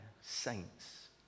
saints